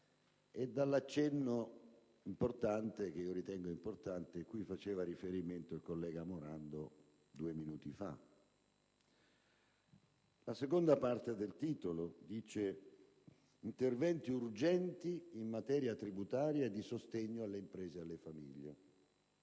e dall'accenno, che io ritengo importante, cui faceva riferimento il collega Morando due minuti fa. La seconda parte del titolo dice: «interventi urgenti in maniera tributaria e di sostegno alle imprese e alle famiglie».